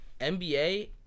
NBA